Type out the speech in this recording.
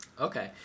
Okay